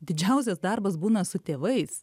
didžiausias darbas būna su tėvais